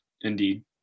indeed